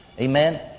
Amen